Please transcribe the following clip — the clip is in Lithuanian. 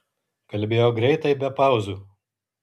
kalbėjo greitai be pauzių